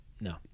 no